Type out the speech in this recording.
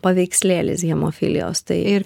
paveikslėlis hemofilijos tai ir